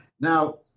Now